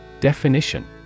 Definition